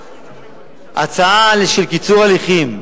ההצעה של קיצור הליכים,